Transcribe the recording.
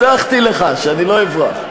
הבטחתי לך שאני לא אברח.